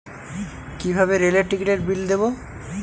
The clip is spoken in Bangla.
কিভাবে রেলের টিকিটের বিল দেবো?